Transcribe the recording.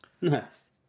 Nice